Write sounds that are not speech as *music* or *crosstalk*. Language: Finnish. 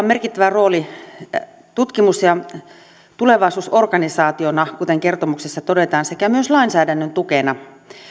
*unintelligible* merkittävä rooli tutkimus ja tulevaisuusorganisaationa kuten kertomuksessa todetaan sekä myös lainsäädännön tukena